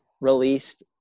released